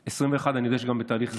ו-21 אני יודע שגם בתהליך סגירה.